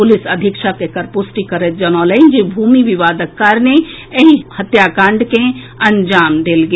police अधीक्षक एकर पुष्टि करैत जनौलनि जे भूमि विवादक कारणे एहि हत्याकांड के अंजाम देल गेल